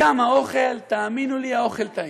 וגם האוכל, תאמינו לי, האוכל טעים.